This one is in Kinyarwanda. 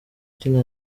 ukina